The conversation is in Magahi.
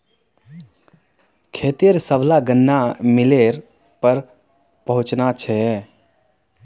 खेतेर सबला गन्ना मिलेर पर पहुंचना छ